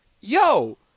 yo